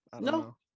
No